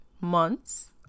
months